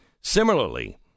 Similarly